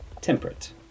temperate